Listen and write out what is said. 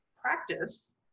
practice